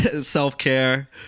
self-care